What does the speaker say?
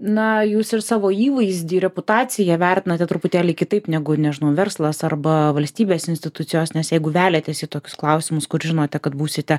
na jūs ir savo įvaizdį reputaciją vertinate truputėlį kitaip negu nežinau verslas arba valstybės institucijos nes jeigu veliatės į tokius klausimus kur žinote kad būsite